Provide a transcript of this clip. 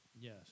Yes